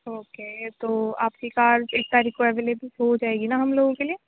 okay تو آپ كی کار کس تاریخ كو اویلیبل ہو جائے گی نا ہم لوگوں کے لیے